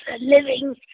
living